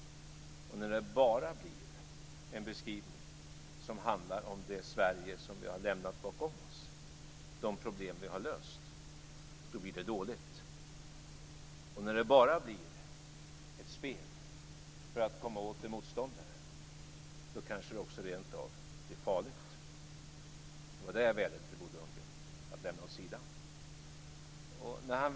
När det bara blir en beskrivning som handlar om det Sverige vi har lämnat bakom oss, de problem vi har löst, blir det dåligt. När det bara blir ett spel för att komma åt en motståndare blir det rent av farligt. Jag vädjar till Bo Lundgren att lämna det åt sidan.